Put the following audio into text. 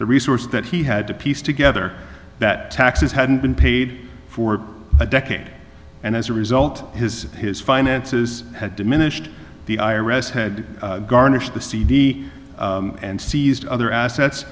the resource that he had to piece together that taxes hadn't been paid for a decade and as a result his his finances had diminished the i r s had garnished the c d and seized other assets